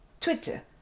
Twitter